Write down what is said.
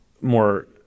more